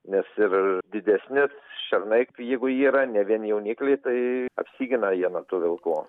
nes ir didesni šernai jeigu yra ne vien jaunikliai tai apsigina jie nuo tų vilkų